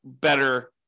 better